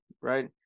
Right